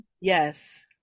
yes